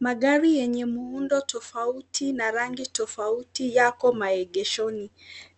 Magari yenye muundo tofauti na rangi tofauti yako maegeshoni